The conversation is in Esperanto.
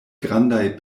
grandaj